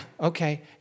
okay